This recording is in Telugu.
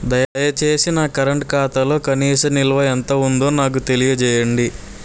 దయచేసి నా కరెంట్ ఖాతాలో కనీస నిల్వ ఎంత ఉందో నాకు తెలియజేయండి